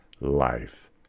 life